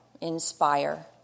inspire